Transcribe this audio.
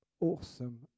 awesome